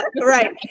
Right